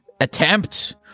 attempt